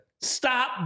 Stop